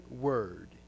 word